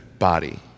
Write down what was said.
body